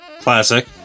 Classic